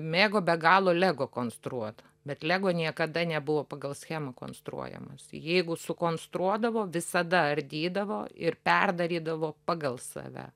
mėgo be galo lego konstruot bet lego niekada nebuvo pagal schemą konstruojamas jeigu sukonstruodavo visada ardydavo ir perdarydavo pagal save